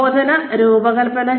പ്രബോധന രൂപകൽപ്പന